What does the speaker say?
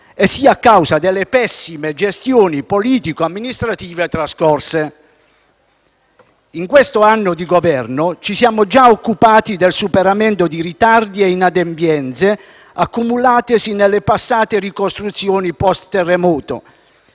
sia delle pessime gestioni politico-amministrative passate. In questo anno di Governo ci siamo già occupati del superamento di ritardi e inadempienze accumulatesi nelle passate ricostruzioni *post* terremoto.